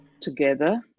together